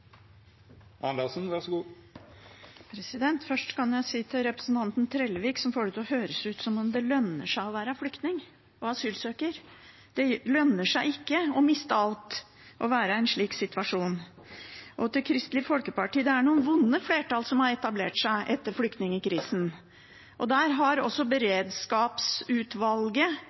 til å høres ut som om det lønner seg å være flyktning og asylsøker: Det lønner seg ikke å miste alt og være i en slik situasjon. Og til Kristelig Folkeparti: Det er noen vonde flertall som har etablert seg etter flyktningkrisen.